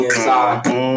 inside